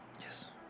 Yes